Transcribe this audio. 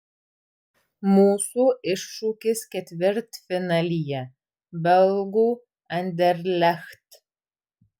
mūsų iššūkis ketvirtfinalyje belgų anderlecht